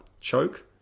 choke